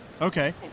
okay